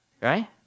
Right